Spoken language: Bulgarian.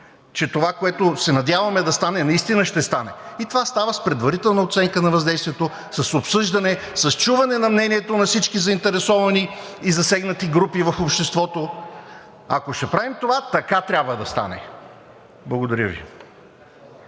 че това, което се надяваме да стане, наистина ще стане. Това става с предварителна оценка на въздействието, с обсъждане, с чуване на мнението на всички заинтересовани и засегнати групи в обществото. Ако ще правим това – така трябва да стане. Благодаря Ви.